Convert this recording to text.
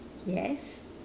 yes